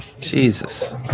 Jesus